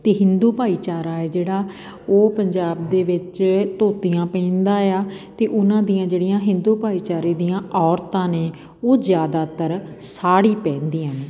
ਅਤੇ ਹਿੰਦੂ ਭਾਈਚਾਰਾ ਹੈ ਜਿਹੜਾ ਉਹ ਪੰਜਾਬ ਦੇ ਵਿੱਚ ਧੋਤੀਆਂ ਪਹਿਨਦਾ ਆ ਅਤੇ ਉਨ੍ਹਾਂ ਦੀਆਂ ਜਿਹੜੀਆਂ ਹਿੰਦੂ ਭਾਈਚਾਰੇ ਦੀਆਂ ਔਰਤਾਂ ਨੇ ਉਹ ਜ਼ਿਆਦਾਤਰ ਸਾੜੀ ਪਹਿਨਦੀਆਂ ਨੇ